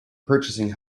purchasing